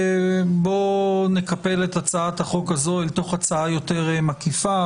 בוא נקפל את הצעת החוק הזאת לתוך הצעה יותר מקיפה,